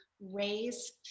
raise